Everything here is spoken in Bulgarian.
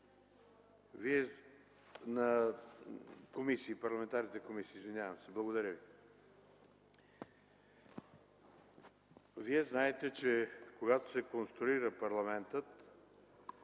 Вие знаете, че когато се конструира парламентът,